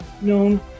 known